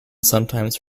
sometimes